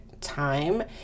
time